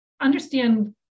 understand